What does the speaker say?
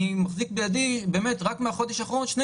אני מחזיק בידי רק מן החודש האחרון שני